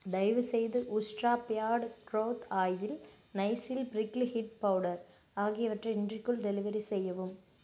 தயவுசெய்து Ustraa beard growth oil Nycil prickly heat powder ஆகியவற்றை இன்றைக்குள் டெலிவெரி செய்யவும்